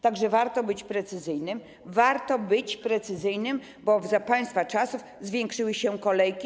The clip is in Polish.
Tak więc warto być precyzyjnym - warto być precyzyjnym - bo za państwa czasów zwiększyły się kolejki.